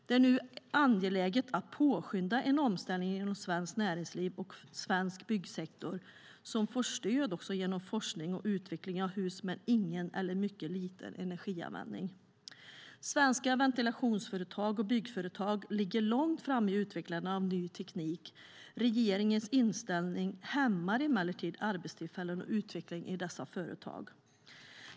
Det är nu angeläget att påskynda en omställning inom svenskt näringsliv och svensk byggsektor, som också får stöd genom forskning och utveckling av hus med ingen eller mycket liten energianvändning. Svenska ventilationsföretag och byggföretag ligger långt framme i utvecklandet av ny teknik. Regeringens inställning hämmar emellertid arbetstillfällen och utveckling i dessa företag.